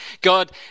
God